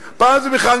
פעם זה בגלל מועצה דתית,